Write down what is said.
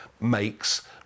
makes